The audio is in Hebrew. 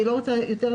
אני לא רוצה לפרט יותר.